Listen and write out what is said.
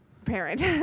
parent